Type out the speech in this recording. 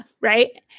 right